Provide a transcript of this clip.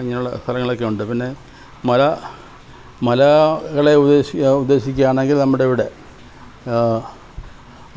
അങ്ങനെയുള്ള സ്ഥലങ്ങളൊക്കെ ഉണ്ട് പിന്നെ മല മലകളെ ഉദ്ദേശി ഉദ്ദേശ്ശിക്കുവാണെങ്കിൽ നമ്മുടെ ഇവിടെ